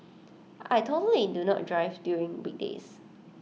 I totally do not drive during weekdays